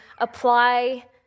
apply